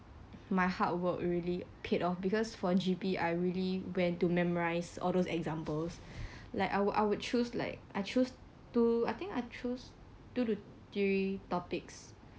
my hard work really paid off because for G_P I really went to memorize all those examples like I would I would choose like I choose two I think I chose two to three topics